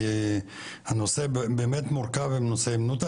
כי הנושא באמת מורכב עם נושא הימנותא,